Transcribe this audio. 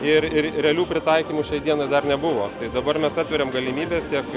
ir ir realių pritaikymų šiai dienai dar nebuvo tai dabar mes atveriam galimybes tiek